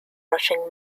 rushing